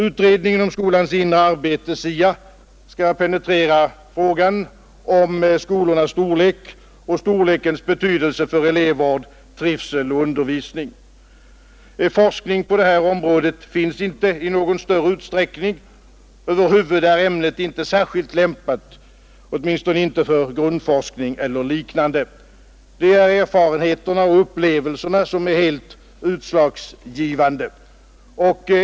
Utredningen om skolans inre arbete, SIA, skall penetrera frågan om skolornas storlek och storlekens betydelse för elevvård, trivsel och undervisning. Forskning på detta område finns inte i någon större utsträckning. Över huvud taget är ämnet inte särskilt lämpat för grundforskning eller liknande. Det är erfarenheterna och upplevelserna som är helt utslagsgivande.